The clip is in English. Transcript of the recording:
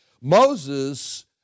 Moses